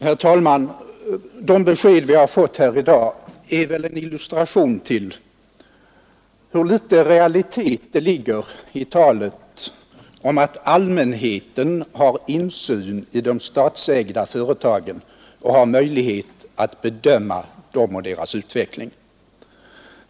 Herr talman! De besked vi har fått här i dag är väl en illustration till hur liten realitet det ligger i talet om att allmänheten har insyn i de statsägda företagen och har möjlighet att bedöma dem och deras utveckling.